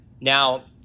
Now